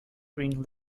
green